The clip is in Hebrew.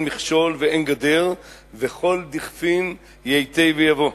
מכשול ואין גדר וכל דכפין ייתי ויבוא?